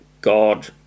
God